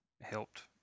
helped